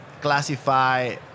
classify